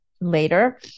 later